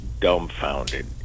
dumbfounded